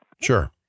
Sure